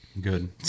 Good